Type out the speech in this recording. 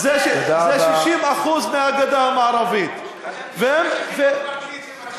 זה 60% מהגדה המערבית, והם, חשבתי שבחמש